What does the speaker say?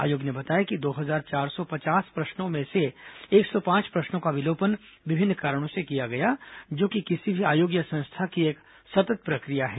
आयोग ने बताया कि दो हजार चार सौ पचास प्रश्नों में से एक सौ पांच प्रश्नों का विलोपन विभिन्न कारणों से किया गया जो कि किसी भी आयोग या संस्था की एक सतत् प्रक्रिया है